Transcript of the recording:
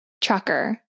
Trucker